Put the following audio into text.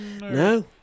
No